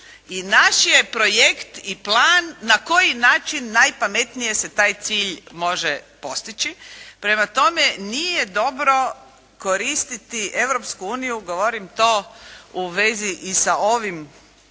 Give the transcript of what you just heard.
I naš je projekt i plan na koji način najpametnije se taj cilj može postići. Prema tome, nije dobro koristiti Europsku Uniju, govorim to u vezi i sa ovim